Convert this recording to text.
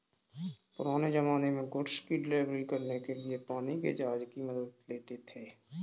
पुराने ज़माने में गुड्स को डिलीवर करने के लिए पानी के जहाज की मदद लेते थे